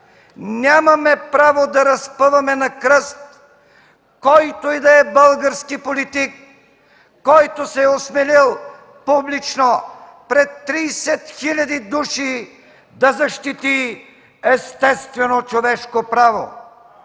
Нямаме право да разпъваме на кръст който и да е български политик, който се е осмелил публично – пред 30 хиляди души, да защити естествено човешко право!